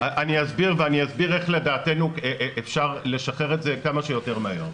אני אסביר ואני אסביר איך לדעתנו אפשר לשחרר את זה כמה שיותר מהר.